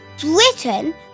Britain